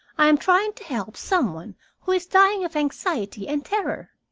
i am trying to help some one who is dying of anxiety and terror.